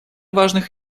важных